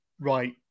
Right